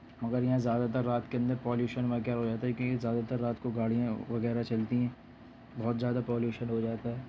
مگر یہاں زیادہ تر رات کے اندر پالیوشن وغیرہ ہو جاتا ہے کیونکہ زیادہ تر رات کو گاڑیاں وغیرہ چلتی ہیں بہت زیادہ پالیوشن ہو جاتا ہے